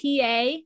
pa